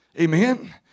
Amen